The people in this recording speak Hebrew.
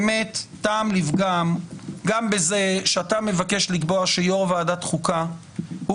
יש באמת טעם לפגם גם בזה שאתה מבקש לקבוע שיושב ראש ועדת חוקה הוא